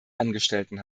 angestellten